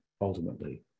ultimately